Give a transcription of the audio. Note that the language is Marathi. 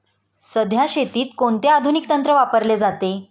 सध्या शेतीत कोणते आधुनिक तंत्र वापरले जाते?